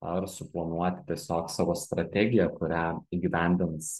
ar suplanuoti tiesiog savo strategiją kurią įgyvendins